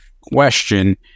question